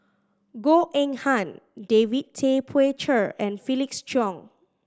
Goh Eng Han David Tay Poey Cher and Felix Cheong